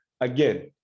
again